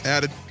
Added